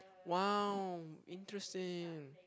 wow interesting